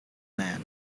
man